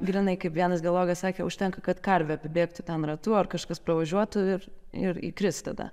grynai kaip vienas geologas sakė užtenka kad karvė apibėgtų ten ratu ar kažkas pravažiuotų ir ir įkris tada